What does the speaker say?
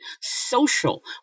Social